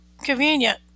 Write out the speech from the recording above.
Convenient